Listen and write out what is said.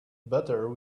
butter